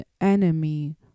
enemy